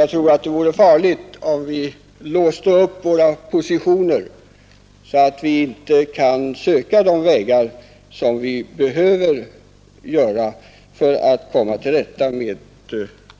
Jag tror att det vore farligt om vi låste våra positioner, så att vi inte kan söka nya vägar för att komma till rätta med